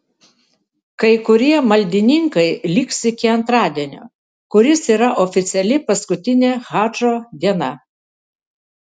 kai kurie maldininkai liks iki antradienio kuris yra oficiali paskutinė hadžo diena